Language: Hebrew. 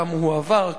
כמה הועבר,